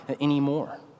anymore